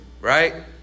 right